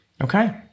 Okay